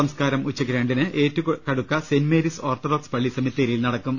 സംസ്കാരം ഇന്ന് ഉച്ചയ്ക്ക് രണ്ടിന് Ettukudukka Saint Mary's Orthodox പള്ളി സെമിത്തേരിയിൽ നടക്കും